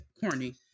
corny